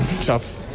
tough